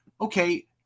Okay